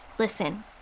Listen